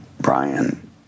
Brian